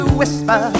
whisper